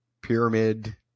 Pyramid